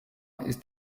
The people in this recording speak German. ist